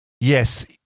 Yes